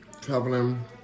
traveling